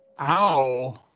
Ow